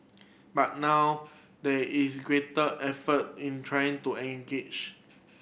but now there is greater effort in trying to engage